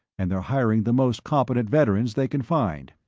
and they're hiring the most competent veterans they can find.